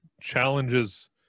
challenges